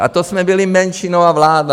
A to jsme byli menšinová vláda.